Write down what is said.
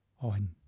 on